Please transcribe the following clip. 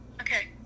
Okay